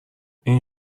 این